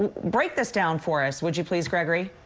break this down for us, would you please, gregory.